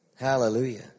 Hallelujah